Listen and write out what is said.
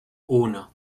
uno